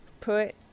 put